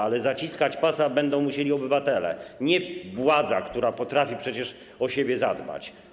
Ale zaciskać pasa będą musieli obywatele, nie władza, która potrafi przecież o siebie zadbać.